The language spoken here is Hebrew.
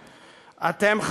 אתם,